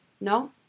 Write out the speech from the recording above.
No